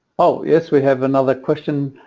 oh yes we have another question